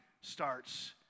starts